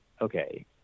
okay